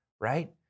right